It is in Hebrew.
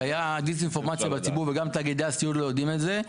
בציבור הייתה דיס-אינפורמציה וגם תאגידי הסיעוד לא יודעים זאת.